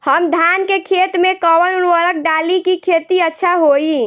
हम धान के खेत में कवन उर्वरक डाली कि खेती अच्छा होई?